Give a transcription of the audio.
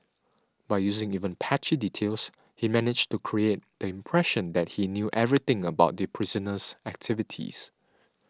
by using even patchy details he managed to create the impression that he knew everything about the prisoner's activities